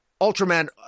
Ultraman